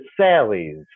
Sally's